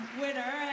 winner